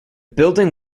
building